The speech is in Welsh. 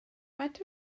faint